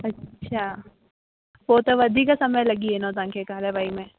अच्छा पोइ त वधीक समय लॻी वेंदो तव्हांखे कार्यवाही में